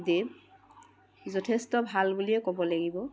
দেৱ যথেষ্ট ভাল বুলিয়ে ক'ব লাগিব